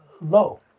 low